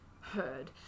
heard